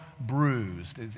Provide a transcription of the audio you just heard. bruised